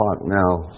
now